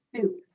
soup